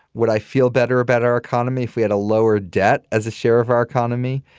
would i feel better about our economy if we had a lower debt as a share of our economy?